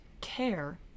care